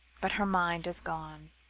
but her mind has gone.